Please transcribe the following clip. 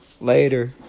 Later